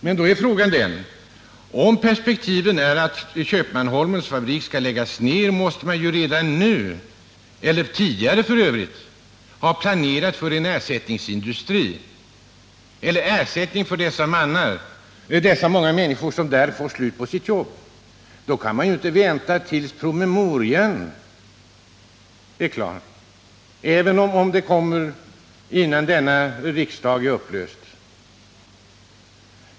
Men om Köpmanholmens fabrik skall läggas ned måste man redan nu om man inte gjort det tidigare — planera en ersättning för de många människor som där mister sina jobb. Man kan inte vänta tills promemorian är klar, även om den kommer innan detta riksmöte är upplöst.